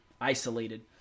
isolated